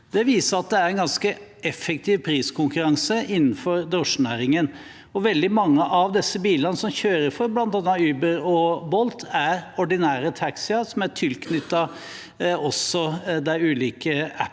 Det viser at det er en ganske effektiv priskonkurranse innenfor drosjenæringen. Veldig mange av bilene som kjører for bl.a. Uber og Bolt, er ordinære taxier som også er tilknyttet de ulike